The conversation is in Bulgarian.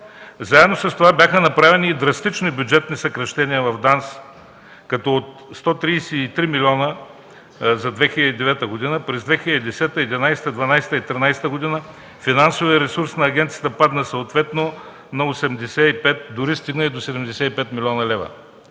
Заедно с това бяха направени и драстични бюджетни съкращения в ДАНС, като от 133 милиона за 2009 г., през 2010, 2011, 2012 и 2013 г. финансовият ресурс на агенцията падна съответно на 85 млн., дори стигна и до 75 млн. лв.